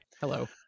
Hello